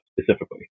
specifically